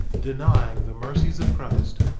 denying the mercies of christ,